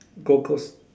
gold coast